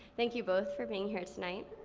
thank you both for being here tonight.